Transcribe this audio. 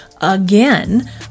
again